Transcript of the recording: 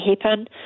happen